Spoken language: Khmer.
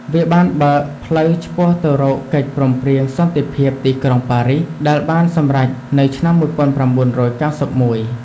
វាបានបើកផ្លូវឆ្ពោះទៅរកកិច្ចព្រមព្រៀងសន្តិភាពទីក្រុងប៉ារីស ដែលបានសម្រេចនៅឆ្នាំ១៩៩១។